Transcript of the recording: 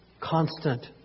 constant